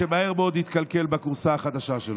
שמהר מאוד התקלקל בכורסה החדשה שלו.